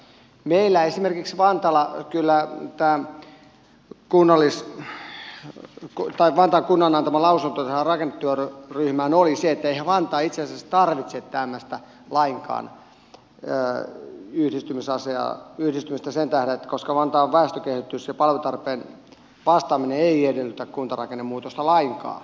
meillä esimerkiksi vantaan kunnan antama lausunto rakennetyöryhmään oli se että eihän vantaa itse asiassa tarvitse lainkaan tällaista yhdistymistä sen tähden koska vantaan väestökehitys ja palvelutarpeeseen vastaaminen ei edellytä kuntarakennemuutosta lainkaan